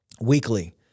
weekly